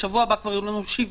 בשבוע הבא כבר יהיו לנו שבעה.